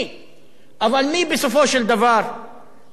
אבל מי בסופו של דבר ניזוק ממנה?